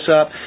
up